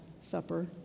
Supper